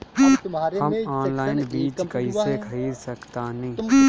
हम ऑनलाइन बीज कईसे खरीद सकतानी?